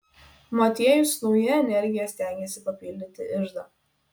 motiejus su nauja energija stengėsi papildyti iždą